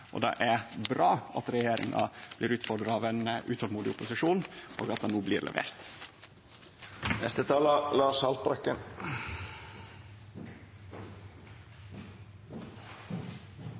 Det er bra at regjeringa blir utfordra av ein utålmodig opposisjon, og at det no blir